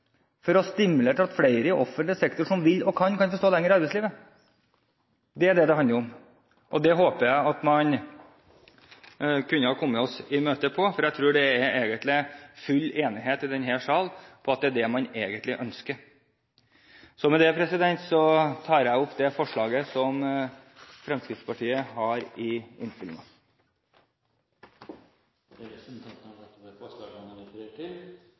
eksempel og stimulere til at flere i offentlig sektor som vil og kan, kan få stå lenger i arbeidslivet? Det er det det handler om, og det håper jeg at man kan komme oss i møte på, for jeg tror det egentlig er full enighet i denne sal om at det er det man egentlig ønsker. Med det tar jeg opp det forslaget Fremskrittspartiet har i innstillingen. Representanten Robert Eriksson har tatt opp det forslaget han refererte til. Stortingsrepresentantene Robert Eriksson, Anders Anundsen og Harald T. Nesvik har fremmet forslag